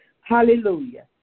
Hallelujah